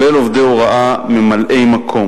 כולל עובדי הוראה ממלאי-מקום.